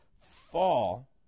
fall